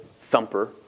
thumper